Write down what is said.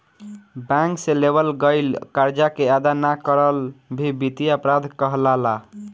bank से लेवल गईल करजा के अदा ना करल भी बित्तीय अपराध कहलाला